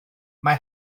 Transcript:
mae